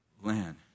land